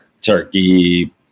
turkey